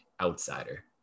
outsider